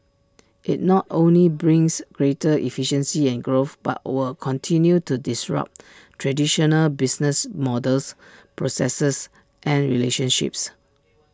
IT not only brings greater efficiency and growth but will continue to disrupt traditional business models processes and relationships